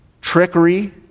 trickery